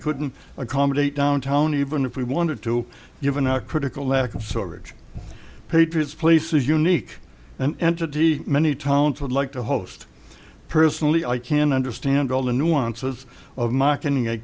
couldn't accommodate downtown even if we wanted to given our critical lack of storage patriot's place is unique and entity many towns would like to host personally i can understand all the nuances of marketing a